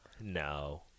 no